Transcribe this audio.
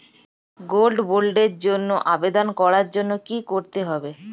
Gold বন্ডের জন্য আবেদন করার জন্য কি করতে হবে?